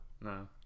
no